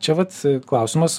čia vat klausimas